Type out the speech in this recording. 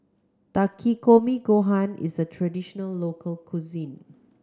Takikomi Gohan is a traditional local cuisine